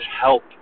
help